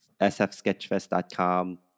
sfsketchfest.com